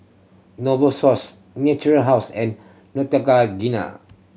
Novosource Natura House and Neutrogena